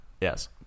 Yes